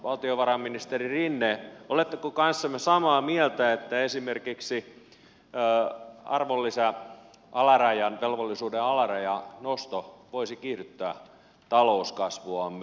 valtionvarainministeri rinne oletteko kanssamme samaa mieltä että esimerkiksi arvonlisävelvollisuuden alarajan nosto voisi kiihdyttää talouskasvuamme